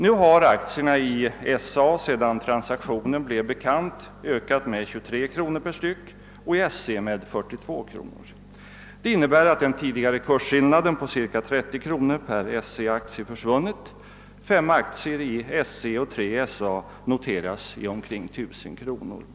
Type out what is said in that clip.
Nu har aktierna i SÅ, sedan transaktionen blev bekant, ökat med 23 kronor per styck och aktierna i SC med 42 kronor. Det innebär att den tidigare kursskillnaden på cirka 30 kronor per SC-aktie försvunnit — fem aktier i SC och tre i SA noteras i omkring 1000 kronor.